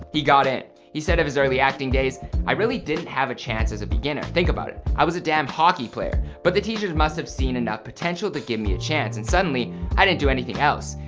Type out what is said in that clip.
he got in. he said of his early acting days i really didn't have a chance as a beginner. think about it. i was a damned hockey player. but the teachers must have seen enough potential to give me a chance. and suddenly i didn't do anything else.